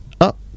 up